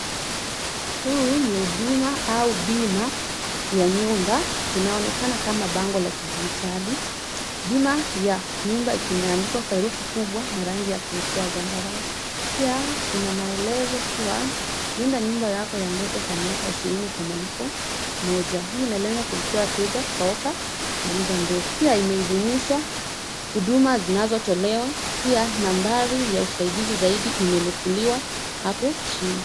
Huu ni huduma au bima ya nyumba inaonekana kama bango la kijititali. bima ya nyumba imeandikwa kwa herufi kubwa na rangi ya zambarau pia kuna maelezo. kuwa nyumba yako ya ndoto Kwa miezi ishirini kwa malipo mmoja hii inalenga kuwa wateja kwa ova ya mda mrefu pia imeidhishwa huduma zinazo tolewa pia nambari ya uzaidizi zaidi imenukuliwa hapo chini.